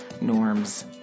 norms